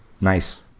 Nice